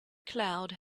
cloud